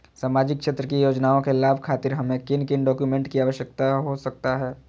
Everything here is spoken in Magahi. सामाजिक क्षेत्र की योजनाओं के लाभ खातिर हमें किन किन डॉक्यूमेंट की आवश्यकता हो सकता है?